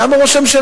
למה ראש הממשלה